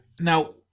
Now